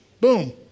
Boom